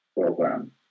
program